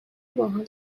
باحال